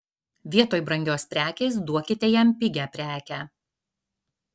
vietoj brangios prekės duokite jam pigią prekę